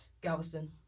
Galveston